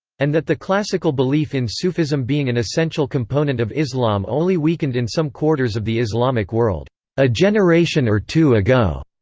and that the classical belief in sufism being an essential component of islam only weakened in some quarters of the islamic world a generation or two ago,